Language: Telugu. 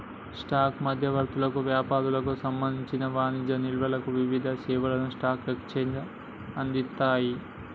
స్టాక్ మధ్యవర్తులకు, వ్యాపారులకు సంబంధించిన వాణిజ్య నిల్వలకు వివిధ సేవలను స్టాక్ ఎక్స్చేంజ్లు అందిస్తయ్